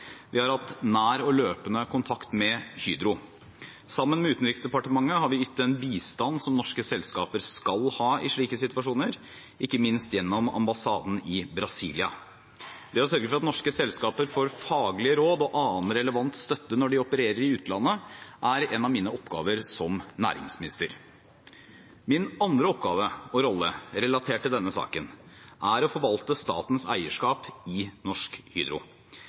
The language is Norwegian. vi har hatt nær og løpende kontakt med Hydro. Sammen med Utenriksdepartementet har vi ytt den bistand som norske selskaper skal ha i slike situasjoner, ikke minst gjennom ambassaden i Brasilia. Det å sørge for at norske selskaper får faglige råd og annen relevant støtte når de opererer i utlandet, er en av mine oppgaver som næringsminister. Min andre oppgave og rolle relatert til denne saken er å forvalte statens eierskap i Norsk Hydro,